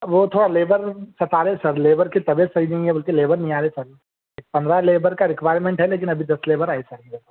وہ تھوڑا لیبر ستا رہے سر لیبر کی طبیعت صحیح نہیں ہے بلکہ لیبر نہیں آ رہی ہے سر پندرہ لیبر کا رکوائیرمنٹ ہے لیکن ابھی دس لیبر آئی سر